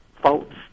faults